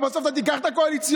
ובסוף אתה תיקח את הקואליציוניים.